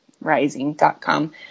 Rising.com